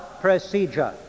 procedure